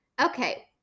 okay